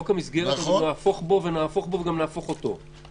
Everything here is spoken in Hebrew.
עוד נהפוך את חוק המסגרת ונהפוך בו וגם נהפוך אותו.